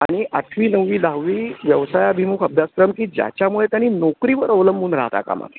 आणि आठवी नववी दहावी व्यवसायाभिमुख अभ्यासक्रम की ज्यामुळे त्यांनी नोकरीवर अवलंबून राहता कामानये